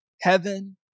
Heaven